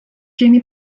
jimmy